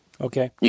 Okay